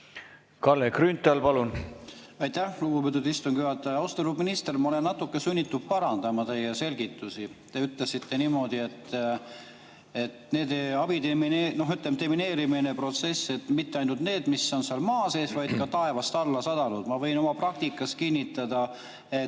Kalle Grünthal, palun! Aitäh, lugupeetud istungi juhataja! Austatud minister! Ma olen natuke sunnitud parandama teie selgitusi. Te ütlesite niimoodi, et demineerimine, protsess... mitte ainult need, mis on seal maa sees, vaid ka taevast alla sadanud. Ma võin oma praktikast kinnitada, et